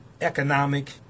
economic